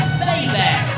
baby